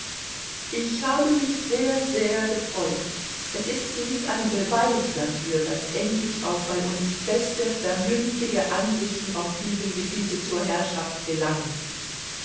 ich habe mich sehr sehr gefreut es ist dies ein beweis dafür daß endlich auch bei uns feste vernünftige ansichten auf diesem gebiete zur herrschaft gelangen